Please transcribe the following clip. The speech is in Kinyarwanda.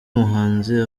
umuhanzi